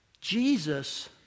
Jesus